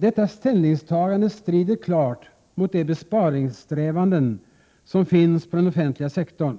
Detta ställningstagande strider klart mot de besparingssträvanden som finns på den offentliga sektorn.